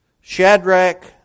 Shadrach